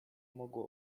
mogło